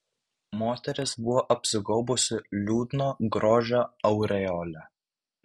moteris buvo apsigaubusi liūdno grožio aureole